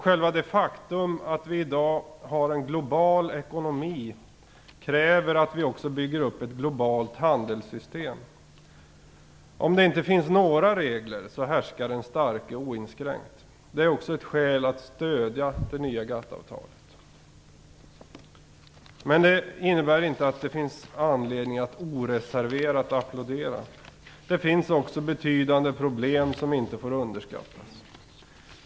Själva det faktum att vi i dag har en global ekonomi kräver att vi också bygger upp ett globalt handelssystem. Om det inte finns några regler härskar den starke oinskränkt. Det är också ett skäl att stödja det nya GATT-avtalet. Det innebär inte att det finns anledning att oreserverat applådera. Det finns också betydande problem som inte får underskattas.